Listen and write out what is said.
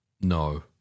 No